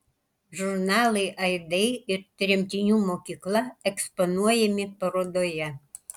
žurnalai aidai ir tremtinių mokykla eksponuojami parodoje